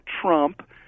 Trump